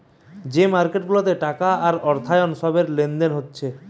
যে মার্কেট গুলাতে টাকা আর অর্থায়ন সব লেনদেন হতিছে